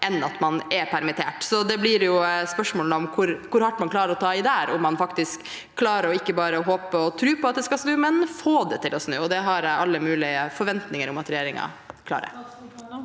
enn at man er permittert. Det blir et spørsmål om hvor hardt man klarer å ta i der – om man faktisk klarer ikke bare å håpe og tro på at det skal snu, men å få det til å snu. Det har jeg alle mulige forventninger om at regjeringen klarer.